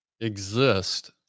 exist